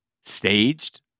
staged